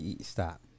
Stop